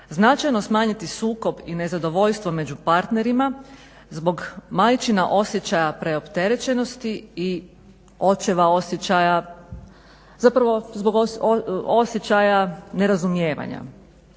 značajno smanjiti sukob i nezadovoljstvo među partnerima zbog majčina osjećaja preopterećenosti i očeva osjećaja. Zapravo zbog osjećaja nerazumijevanja.